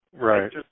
Right